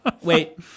Wait